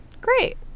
Great